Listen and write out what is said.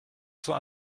zur